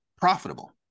profitable